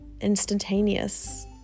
instantaneous